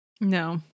No